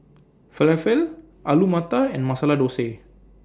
Falafel Alu Matar and Masala Dosa